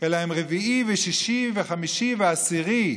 אלא הם רביעי ושישי וחמישי ועשירי.